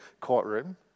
courtroom